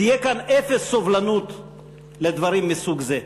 תהיה כאן אפס סובלנות לדברים מסוג זה.